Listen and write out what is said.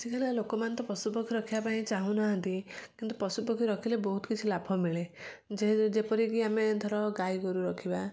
ଆଜିକାଲିକା ଲୋକମାନେ ତ ପଶୁପକ୍ଷୀ ରଖିବା ପାଇଁ ଚାହୁଁନାହାନ୍ତି କିନ୍ତୁ ପଶୁପକ୍ଷୀ ରଖିଲେ ବହୁତ କିଛି ଲାଭ ମିଳେ ଯେପରିକି ଆମେ ଧର ଗାଈ ଗୋରୁ ରଖିବା